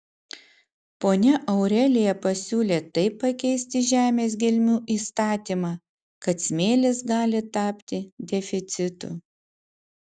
ponia aurelija pasiūlė taip pakeisti žemės gelmių įstatymą kad smėlis gali tapti deficitu